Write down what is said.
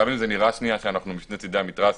גם אם זה נראה שנייה שאנחנו משני צדי המתרס,